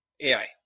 AI